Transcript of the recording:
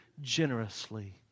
generously